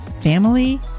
family